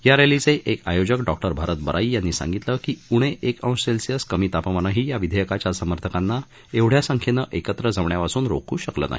या रॅलीचे एक आयोजक डॉक्टर भारत बराई यांनी सांगितलं की उणे एक अंश सेल्सियस कमी तापमानही या विधेयकाच्या समर्थकांना एवढ्या संख्येनं एकत्र जमण्यापासून रोखू शकलं नाही